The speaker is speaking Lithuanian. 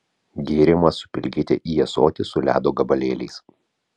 gėrimą supilkite į ąsotį su ledo gabalėliais